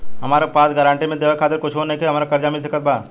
हमरा पास गारंटी मे देवे खातिर कुछूओ नईखे और हमरा कर्जा मिल सकत बा?